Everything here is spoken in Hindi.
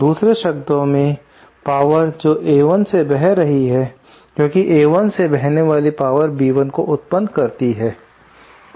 दूसरे शब्दों में पावर जो A1 से बह रही है क्योंकि A1 में बहने वाली पावर B1 को उत्पन्न कर रही है